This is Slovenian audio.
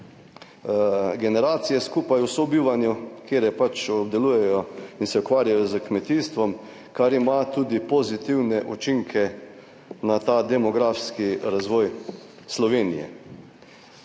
generacije skupaj v sobivanju, kjer je pač obdelujejo in se ukvarjajo s kmetijstvom, kar ima tudi pozitivne učinke na ta demografski razvoj Slovenije.